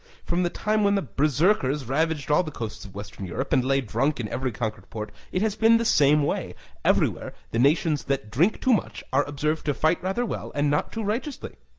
from the time when the berserkers ravaged all the coasts of western europe and lay drunk in every conquered port it has been the same way everywhere the nations that drink too much are observed to fight rather well and not too righteously.